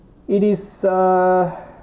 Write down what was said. it is ah